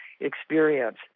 experience